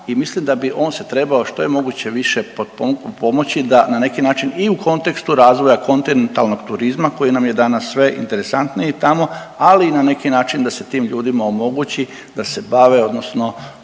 i mislim da bi on se trebao što je moguće više potpomoći da na neki način i u kontekstu razvoja kontinentalnog turizma koji nam je danas sve interesantniji tamo, ali i na neki način da se tim ljudima omogući da se bave odnosno